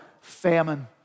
famine